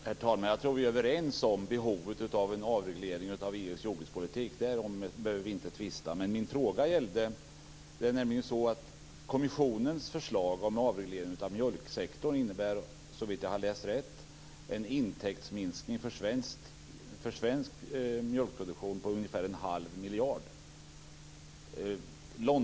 Herr talman! Jag tror att vi är överens om behovet av en avreglering av EU:s jordbrukspolitik, därom behöver vi inte tvista. Men kommissionens förslag om avreglering av mjölksektorn innebär - såvitt jag har förstått rätt - en intäktsminskning för svensk mjölkproduktion på ungefär en halv miljard.